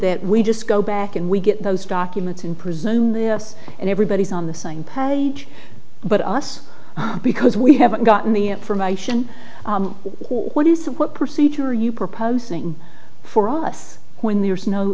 that we just go back and we get those documents in presume the us and everybody's on the same page but us because we haven't gotten the information what is the what procedure are you proposing for us when the